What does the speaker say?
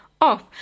Off